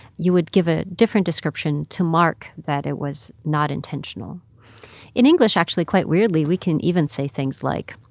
you would give a different description to mark that it was not intentional in english, actually, quite weirdly, we can even say things like,